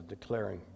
declaring